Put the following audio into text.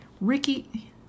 Ricky